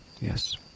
Yes